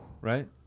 right